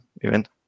event